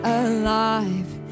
alive